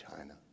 China